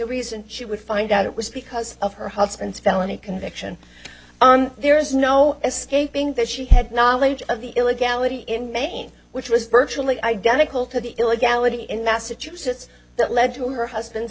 reason she would find out it was because of her husband's felony conviction there is no escaping that she had knowledge of the illegality in maine which was virtually identical to the illegality in massachusetts that led to her husband's